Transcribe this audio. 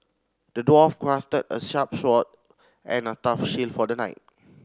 the dwarf crafted a sharp sword and a tough shield for the knight